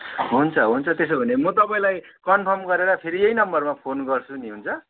हुन्छ हुन्छ त्यसो भने म तपाईँलाई कनफर्म गरेर फेरि यही नम्बरमा फोन गर्छु नि हुन्छ